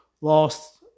lost